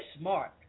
smart